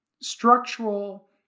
structural